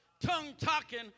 tongue-talking